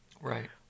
Right